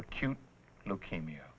acute leukemia